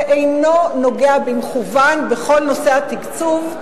ואינו נוגע במכוון בכל נושא התקצוב,